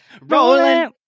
rolling